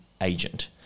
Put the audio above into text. agent